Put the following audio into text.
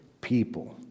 people